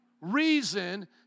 reason